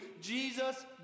Jesus